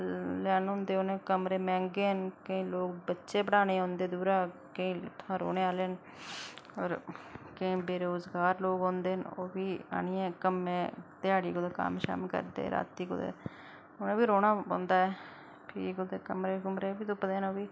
कमरे लैने होंदे उनें ते कमरे मैहंगे न केईं लोक बच्चे पढ़ाने गी औंदे दूरा केईं लोक इत्थां दा रौह्ने आह्ले न केईं बेरोजगार लोक औंदे न ओह्बी आहनियै कम्मै ध्याड़ी कुदै कम्म करदे ते रातीं कुदै उनें बी रौह्ना पौंदा ऐ ते भी ओह्बी कमरे तुपदे न